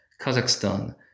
Kazakhstan